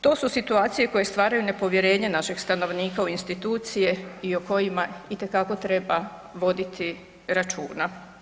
To su situacije koje stvaraju nepovjerenje našeg stanovnika u institucije i o kojima itekako treba voditi računa.